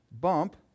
bump